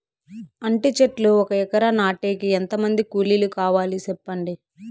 అంటి చెట్లు ఒక ఎకరా నాటేకి ఎంత మంది కూలీలు కావాలి? సెప్పండి?